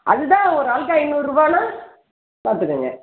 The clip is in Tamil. அது தான் ஒரு ஆளுக்கு ஐந்நூறுரூபான்னா பார்த்துக்கங்க